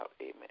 Amen